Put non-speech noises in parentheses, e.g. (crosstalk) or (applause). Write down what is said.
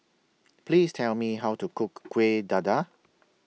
Please Tell Me How to Cook (noise) Kuih Dadar